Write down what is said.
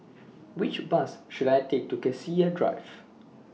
Which Bus should I Take to Cassia Drive